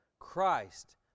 Christ